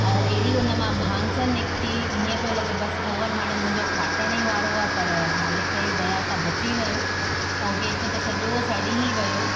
ऐं अहिड़ी उन मां बांस निकिती हीअं पियो लॻे बसि ऑवन हाणे मुंहिंजो फाटण ई वारो आहे पर मालिक जी दया सां बची वियो ऐं केक त सॼो सड़ी ई वियो